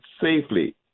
safely